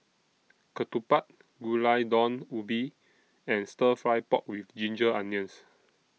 Ketupat Gulai Daun Ubi and Stir Fry Pork with Ginger Onions